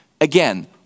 Again